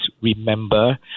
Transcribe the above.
remember